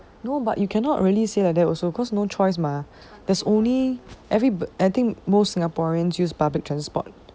no but you cannot really say like that also cause no choice mah there's only everybo~ I think most singaporeans use public transport